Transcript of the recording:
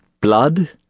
blood